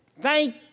thank